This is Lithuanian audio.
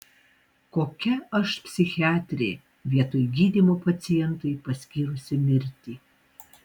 kokia aš psichiatrė vietoj gydymo pacientui paskyrusi mirtį